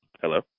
hello